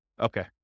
Okay